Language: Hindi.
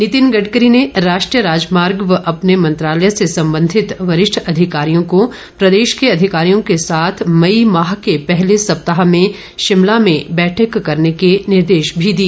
नितिन गडकरी ने राष्ट्रीय राजमार्ग व अपने मंत्रालय से संबंधित वरिष्ठ अधिकारियों को प्रदेश के अधिकारियों के साथ मई माह के पहले सप्ताह में शिमला में बैठक करने के निर्देश भी दिए